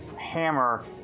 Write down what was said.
hammer